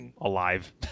alive